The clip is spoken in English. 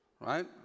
Right